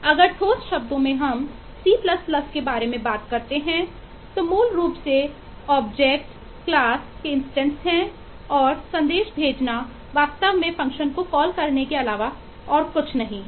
इसलिए अगर ठोस शब्दों में हम सी करने के अलावा कुछ भी नहीं है